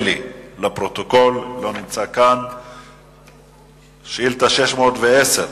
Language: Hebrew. (לא נקראה, נמסרה לפרוטוקול) במקרה של אי-סדרים